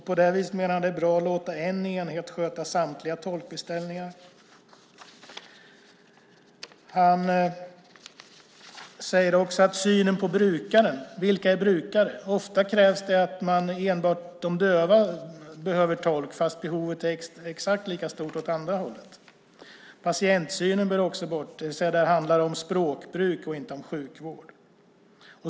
På det viset menar han att det är bra att låta en enhet sköta samtliga tolkbeställningar. Han frågar också vilka som är brukare. Ofta hävdas det att enbart de döva behöver tolk fast behovet är exakt lika stort åt andra hållet. Patientsynen bör också bort. Det handlar om språkbruk, inte om sjukvård.